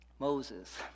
Moses